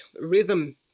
rhythm